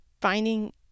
finding